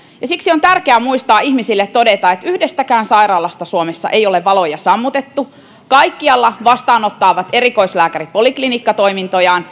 ja siksi on tärkeää muistaa ihmisille todeta että yhdestäkään sairaalasta suomessa ei ole valoja sammutettu kaikkialla erikoislääkärit hoitavat poliklinikkatoimintojaan